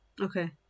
Okay